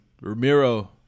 Ramiro